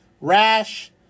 rash